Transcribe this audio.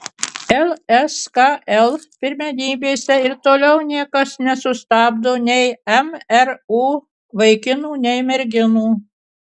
lskl pirmenybėse ir toliau niekas nesustabdo nei mru vaikinų nei merginų